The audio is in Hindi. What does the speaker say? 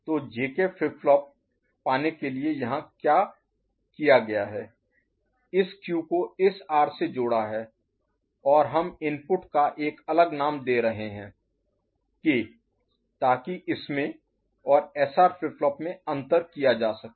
तो जेके फ्लिप फ्लॉप पाने के लिए यहाँ क्या किया गया है इस क्यू को इस आर से जोड़ा है और हम इनपुट का एक अलग नाम दे रहे हैं K ताकि इसमें और SR फ्लिप फ्लॉप में अंतर किया जा सके